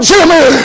Jimmy